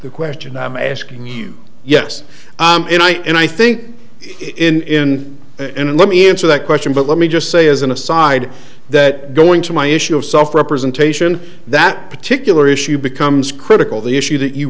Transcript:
the question i'm asking you yes and i think in the end let me answer that question but let me just say as an aside that going to my issue of self representation that particular issue becomes critical the issue that you